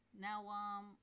Now